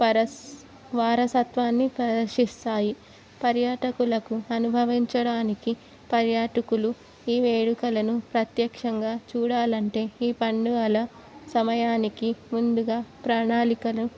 వరస్ వారసత్వాన్ని ప్రదర్శిస్తాయి పర్యాటకులకు అనుభవించడానికి పర్యాటకులు ఈ వేడుకలను ప్రత్యక్షంగా చూడాలంటే ఈ పండుగల సమయానికి ముందుగా ప్రణాళికలు